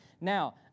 Now